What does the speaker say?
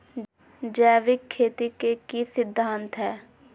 जैविक खेती के की सिद्धांत हैय?